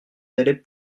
délai